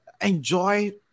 enjoy